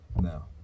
No